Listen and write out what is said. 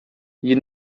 you